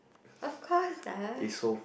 of course ah